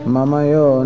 Mamayo